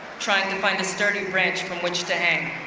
trying to find a sturdy branch from which to hang.